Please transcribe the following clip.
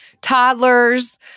toddlers